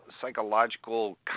psychological